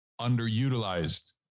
underutilized